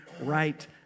right